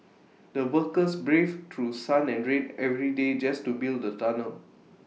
the workers brave through sun and rain every day just to build the tunnel